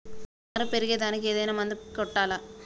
నారు పెరిగే దానికి ఏదైనా మందు కొట్టాలా?